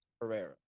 Pereira